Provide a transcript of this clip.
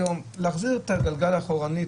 להחזיר את הגלגל אחורנית,